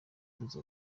tuzi